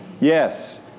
Yes